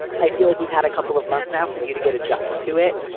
i feel like we've had a couple of months now for you to get adjusted to it.